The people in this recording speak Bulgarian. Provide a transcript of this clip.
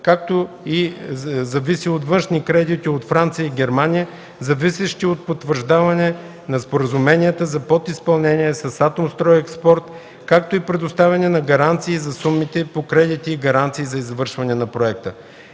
което зависи от външни кредити от Франция и Германия, зависещи от потвърждаване на споразуменията за подизпълнение с „Атомстройекспорт”, както и предоставяне на гаранции за сумите по кредитите и гаранции за завършване на проекта.